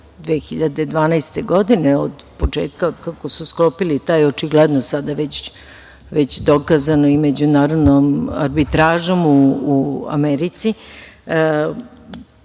2012. godine, od početka od kako su sklopili taj, očigledno sada već dokazano i međunarodnom arbitražom u Americi,